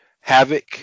Havoc